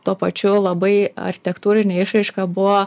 tuo pačiu labai architektūrinė išraiška buvo